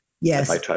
Yes